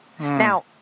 Now